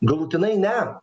galutinai ne